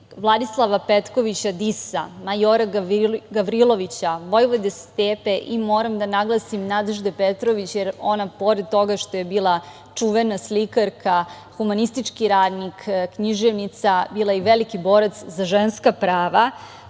Vladislava Petkovića Disa, majora Gavrilovića, Vojvode Stepe i moram da naglasim Nadežde Petrović, jer ona, pored toga što je bila čuvena slikarka, humanistički radnik, književnica, bila je i veliki borac za ženska prava,